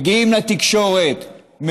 מגיעים לתקשורת,